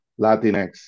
Latinx